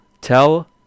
tell